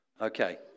Okay